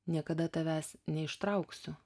niekada tavęs neištrauksiu